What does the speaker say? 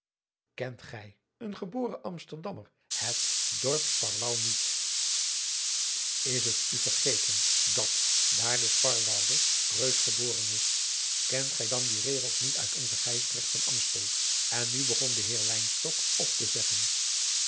kent gij een geboren amsterdammer het dorp sparwou niet adriaan loosjes pzn het leven van johannes wouter blommesteyn is het u vergeten dat daar de sparwouwer reus geboren is kent gij dan die regels niet uit onzen gysbregt van aemstel en nu begon de heer wynstok op te zeggen